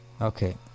Okay